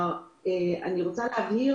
אני רוצה להבהיר